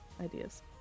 ideas